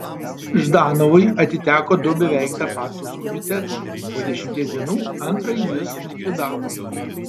ždanovui atiteko du beveik tapatūs komitetai po dešimties dienų antrąjį jis likvidavo